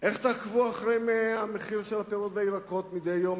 איך תעקבו אחרי המחיר של הפירות והירקות מדי יום?